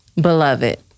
Beloved